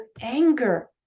anger